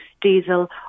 diesel